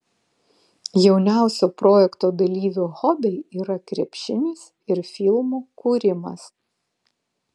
jauniausio projekto dalyvio hobiai yra krepšinis ir filmų kūrimas